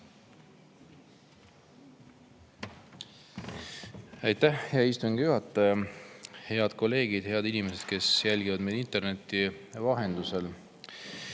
Aitäh, hea istungi juhataja! Head kolleegid! Head inimesed, kes te jälgite meid interneti vahendusel!